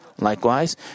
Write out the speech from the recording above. Likewise